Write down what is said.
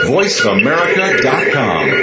VoiceAmerica.com